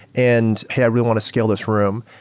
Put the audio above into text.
and hey, i really want to scale this room.